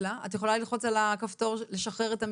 יכולה לספר לכם שמספר הסטודנטיות אצלינו